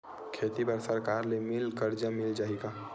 खेती बर सरकार ले मिल कर्जा मिल जाहि का?